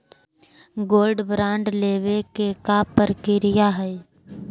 Gold bond लेवे के का प्रक्रिया हई?